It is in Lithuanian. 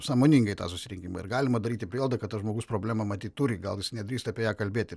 sąmoningai į tą susirinkimą ir galima daryti prielaidą kad žmogus problema matyt turi gal jis nedrįsta apie ją kalbėti